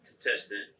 contestant